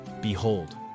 Behold